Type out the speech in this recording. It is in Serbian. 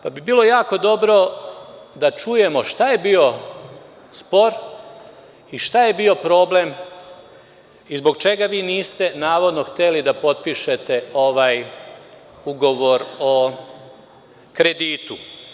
Pa bi bilo jako dobro da čujemo šta je bio spor i šta je bio problem i zbog čega vi niste navodno hteli da potpišete ovaj ugovor o kreditu?